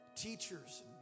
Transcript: teachers